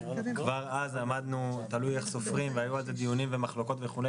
כבר אז עמדנו תלוי איך סופרים והיו על זה דיונים ומחלוקות וכו',